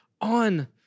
on